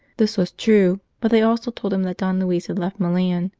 this was true, but they also told him that don luis had left milan,